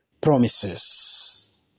Promises